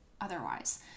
otherwise